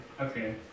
Okay